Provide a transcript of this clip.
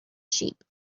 sheep